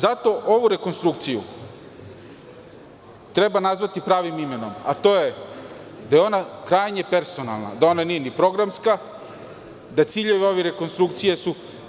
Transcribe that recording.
Zato ovu rekonstrukciju treba nazvati pravim imenom, a to je da je ona krajnje personalna, da ona nije ni programska, da ciljevi su ciljevi ove rekonstrukcije